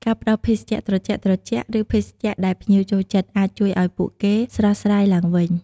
ការផ្ដល់ភេសជ្ជៈត្រជាក់ៗ ឬភេសជ្ជៈដែលភ្ញៀវចូលចិត្ត អាចជួយឱ្យពួកគេស្រស់ស្រាយឡើងវិញ។